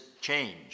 Change